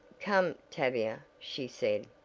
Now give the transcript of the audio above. come, tavia, she said,